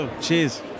Cheers